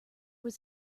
was